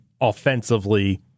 offensively